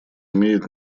имеет